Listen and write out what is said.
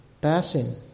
passing